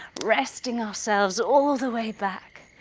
resting ourselves all the way back,